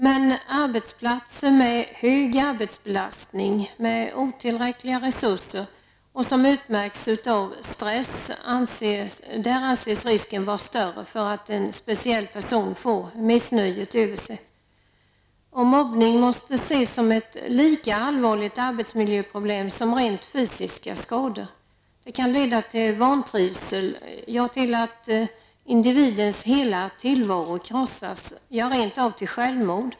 Men på arbetsplatser som har hög arbetsbelastning och otillräckliga resurser och som utmärks av stress anses risken vara större för att en speciell person får missnöjet över sig. Mobbning måste ses som ett lika allvarligt arbetsmiljöproblem som rent fysiska skador. Det kan leda till vantrivsel, till att individens hela tillvaro krossas, ja, rent av till självmord.